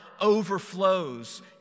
overflows